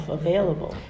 available